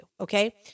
okay